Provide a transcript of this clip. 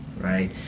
right